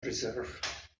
preserve